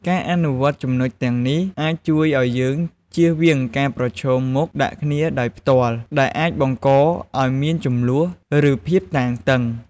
ការអនុវត្តន៍ចំណុចទាំងនេះ អាចជួយឲ្យយើងជៀសវាងការប្រឈមមុខដាក់គ្នាដោយផ្ទាល់ ដែលអាចបង្កឲ្យមានជម្លោះ ឬភាពតានតឹង។